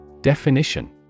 Definition